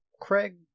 Craig